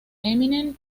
eminem